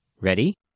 Ready